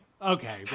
okay